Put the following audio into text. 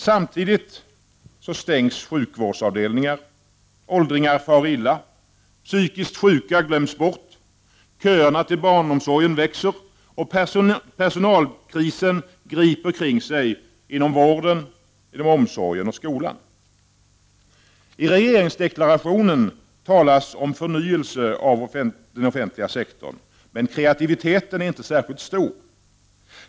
Samtidigt stängs sjukvårdsavdelningar, åldringar far illa, psykiskt sjuka glöms bort, köerna till barnomsorgen växer, och personalkrisen griper omkring sig inom vården, omsorgen och skolan. I regeringsdeklarationen talas om förnyelse av den offentliga sektorn, men kreativiteten är inte särskilt stor.